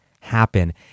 happen